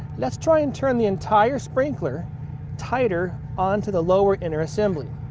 let's try and turn the entire sprinkler tighter onto the lower inner assembly.